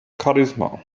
charisma